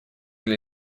для